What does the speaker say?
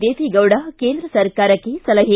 ದೇವೇಗೌಡ ಕೇಂದ್ರ ಸರ್ಕಾರಕ್ಕೆ ಸಲಹೆ